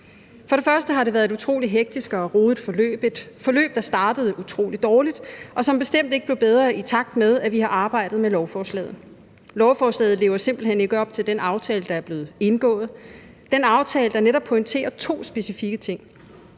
For det første har det været et utrolig hektisk og rodet forløb – et forløb, der startede utrolig dårligt, og som bestemt ikke blev bedre af, at vi har arbejdet med lovforslaget. Lovforslaget lever simpelt hen ikke op til den aftale, der er blevet indgået, nemlig den aftale, der netop pointerer to specifikke ting.